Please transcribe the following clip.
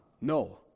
No